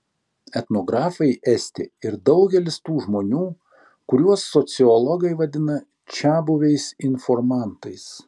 etnografai esti ir daugelis tų žmonių kuriuos sociologai vadina čiabuviais informantais